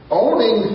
owning